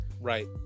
right